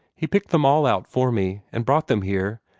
he picked them all out for me, and brought them here,